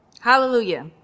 Hallelujah